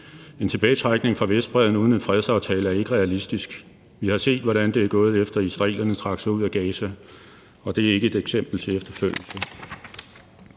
En tilbagetrækning fra Vestbredden uden en fredsaftale er ikke realistisk. Vi har set, hvordan det er gået, efter at israelerne trak sig ud af Gaza, og det er ikke et eksempel til efterfølgelse.